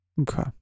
Okay